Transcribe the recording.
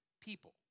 people